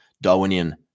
Darwinian